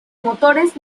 motores